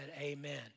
Amen